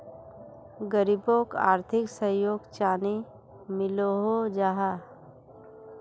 गरीबोक आर्थिक सहयोग चानी मिलोहो जाहा?